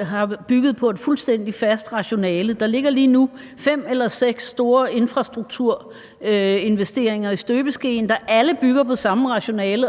har bygget på et fuldstændig fast rationale. Der ligger lige nu fem eller seks store infrastrukturinvesteringer i støbeskeen, der alle bygger på samme rationale